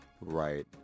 Right